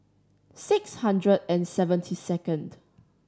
six hundred and seventy second